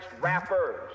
rappers